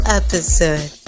episode